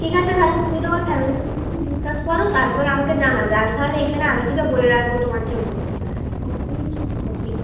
ঠিক আছে তাহলে তুমি তোমার ফ্যামিলির সাথে যদি ডিসকাস করো তার পরে আমাকে জানাবে আমি তাহলে এখানে আগে থেকে বলে রাখব তোমার জন্য বসে